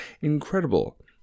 incredible